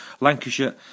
Lancashire